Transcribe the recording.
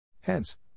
Hence